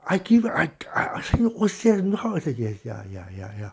I give I I ask him O_C_S you know how he says yes ya ya ya ya ya